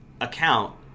account